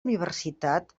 universitat